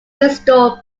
restore